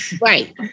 right